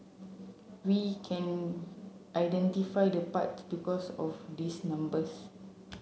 we can identify the part because of these numbers